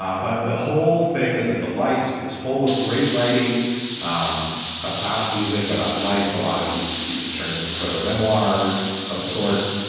um but the whole thing is a delight. it is full of great writing um about music, about life. a lot of these pieces turn into proteau memoirs of a sort.